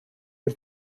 dem